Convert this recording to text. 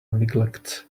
neglects